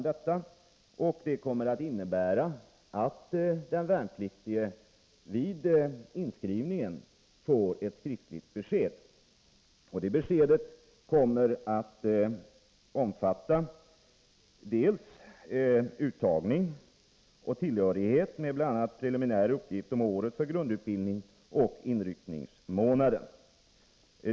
Det kommer att innebära att den värnpliktige vid inskrivningen får ett skriftligt besked, som kommer att omfatta uttagning och tillhörighet, med bl.a. preliminär uppgift om året för grundutbildning och inryckningsmånaden.